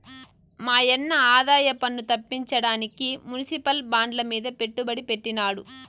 మాయన్న ఆదాయపన్ను తప్పించడానికి మునిసిపల్ బాండ్లమీద పెట్టుబడి పెట్టినాడు